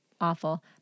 Awful